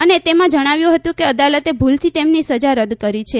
અને તેમાં જણાવ્યું હતુંકે અદાલતે ભૂલથી તેમની સજા રદ કરી છે